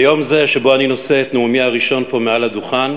ביום זה שבו אני נושא את נאומי הראשון פה מהדוכן,